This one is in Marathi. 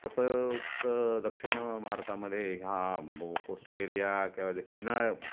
तसं तर दक्षिण भारतामध्ये ह्या म कोस्टल एरिया किंवा जे किना ब